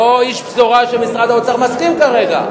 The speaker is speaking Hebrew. אני לא איש בשורה שמשרד האוצר מסכים כרגע,